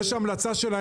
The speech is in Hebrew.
כיום,